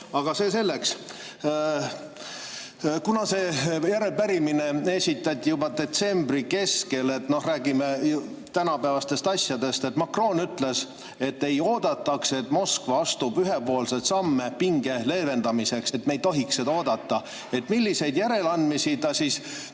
Aga see selleks. See arupärimine esitati juba detsembri keskel, aga räägime tänapäevastest asjadest. Macron ütles, et ei maksa oodata, et Moskva astub ühepoolseid samme pinge leevendamiseks. Me ei tohiks seda oodata. Milliseid järeleandmisi ta siis